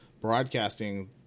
broadcasting